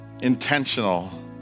intentional